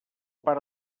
pare